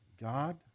God